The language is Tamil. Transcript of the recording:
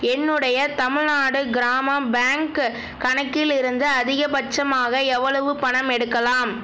என்னுடைய தமிழ்நாடு கிராம பேங்க் கணக்கிலிருந்து அதிகபட்சமாக எவ்வளவு பணம் எடுக்கலாம்